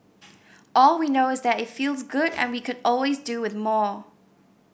all we know is that it feels good and we could always do with more